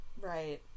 Right